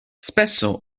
spesso